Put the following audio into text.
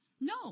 No